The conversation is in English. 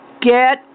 get